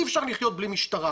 אי אפשר לחיות בלי משטרה,